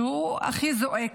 שם הוא הכי זועק.